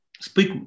speak